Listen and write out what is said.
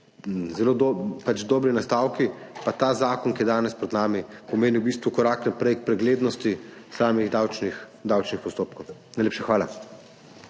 oziroma dobri nastavki, pa ta zakon, ki je danes pred nami, pomeni v bistvu korak naprej k preglednosti samih davčnih postopkov. Najlepša hvala.